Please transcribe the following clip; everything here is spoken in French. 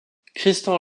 christian